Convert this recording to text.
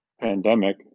pandemic